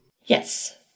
Yes